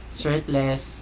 shirtless